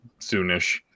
soonish